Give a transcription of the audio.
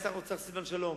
אז שר האוצר היה סילבן שלום,